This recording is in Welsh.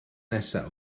nesa